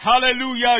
Hallelujah